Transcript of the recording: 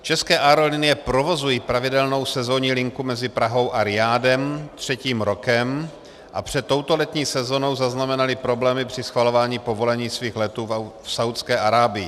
České aerolinie provozují pravidelnou sezónní linku mezi Prahou a Rijádem třetím rokem a před touto letní sezónou zaznamenaly problémy při schvalování povolení svých letů v Saúdské Arábii.